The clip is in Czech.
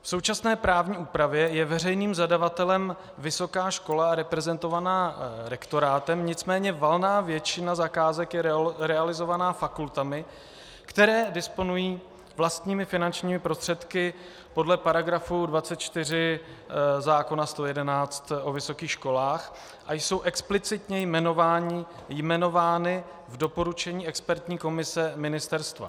V současné právní úpravě je veřejným zadavatelem vysoká škola reprezentovaná rektorátem, nicméně valná většina zakázek je realizována fakultami, které disponují vlastními finančními prostředky podle § 24 zákona č. 111 o vysokých školách, a jsou explicitně jmenovány v doporučení expertní komise ministerstva.